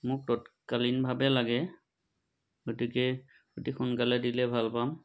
মোক তৎকালীনভাৱে লাগে গতিকে অতি সোনকালে দিলে ভাল পাম